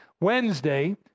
Wednesday